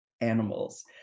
animals